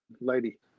lady